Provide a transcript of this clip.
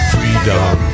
Freedom